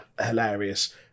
hilarious